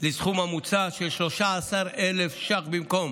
לסכום המוצע, 13,000 ש"ח במקום